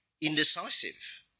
indecisive